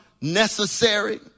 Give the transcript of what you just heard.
necessary